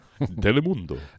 Telemundo